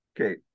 Okay